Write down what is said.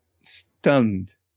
stunned